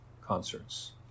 concerts